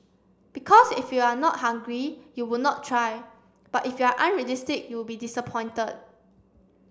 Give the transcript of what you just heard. because if you are not hungry you would not try but if you are unrealistic you would be disappointed